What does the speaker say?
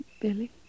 Billy